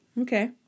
okay